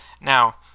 Now